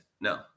No